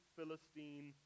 Philistine